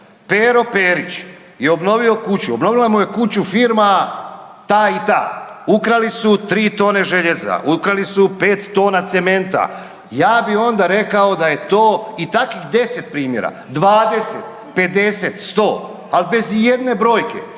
Pero Pepić je obnovio kuću, obnovila mu je kuću firma ta i ta, ukrali su 3 tone željeza, ukrali su 5 tona cementa, ja bi onda rekao da je to i takvih 10 primjera, 20, 50, 100 ali bez ijedne brojke,